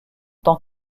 tant